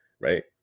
right